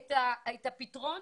את הפתרון,